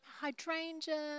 hydrangea